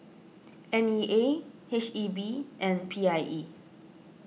N E A H E B and P I E